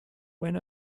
when